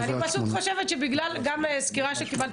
אני פשוט חושבת שבגלל סקירה שקיבלתי